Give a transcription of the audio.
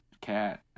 cat